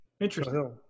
Interesting